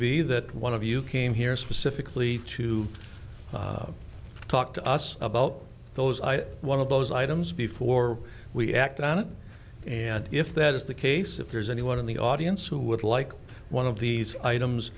be that one of you came here specifically to talk to us about those i one of those items before we act on it and if that is the case if there's anyone in the audience who would like one of these items